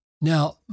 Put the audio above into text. Now